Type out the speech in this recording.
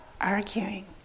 arguing